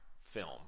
film